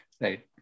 right